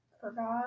forgot